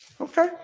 Okay